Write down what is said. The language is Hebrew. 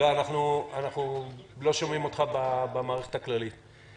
אנחנו לא שומעים אותך במערכת הכללית.